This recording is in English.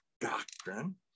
doctrine